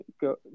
go